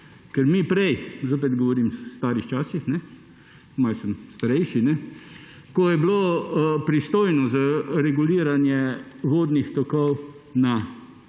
Mi prej – zopet govorim o starih časih, malo sem starejši –, ko je bila pristojnost za reguliranje vodnih tokov na